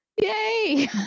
Yay